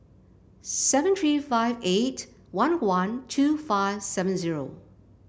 seven three five eight one one two five seven zero